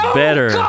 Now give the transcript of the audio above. better